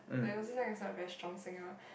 like Luo-Zhi-Xiang is like maestro singer